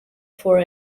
four